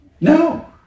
No